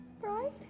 right